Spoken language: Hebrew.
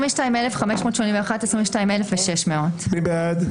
22,601 עד 22,620. מי בעד?